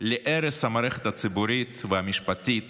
להרס המערכת הציבורית והמשפטית